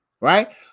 Right